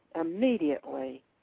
immediately